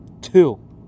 two